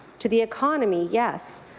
to the economy, yes,